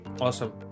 Awesome